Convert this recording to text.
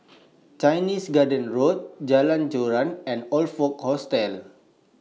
Chinese Garden Road Jalan Joran and Oxford Hotel